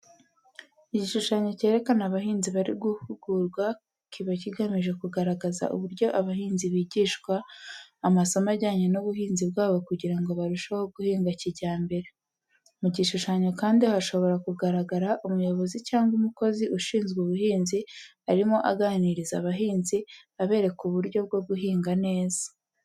Igishushanyo cyerekana abahinzi bari guhugurwa kiba kigamije kugaragaza uburyo abahinzi bigishwa amasomo ajyanye n'ubuhinzi bwabo kugira ngo barusheho guhinga kijyambere. Mu gishushanyo kandi hashobora kugaragara umuyobozi cyangwa umukozi ushinzwe ubuhinzi arimo aganiriza abahinzi, abereka uburyo bwo guhinga neza.